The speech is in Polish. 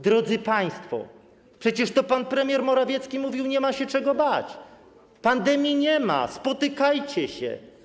Drodzy państwo, to przecież pan premier Morawiecki mówił: Nie ma się czego bać, pandemii nie ma, spotykajcie się.